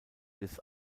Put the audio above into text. des